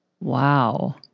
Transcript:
Wow